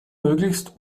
möglichst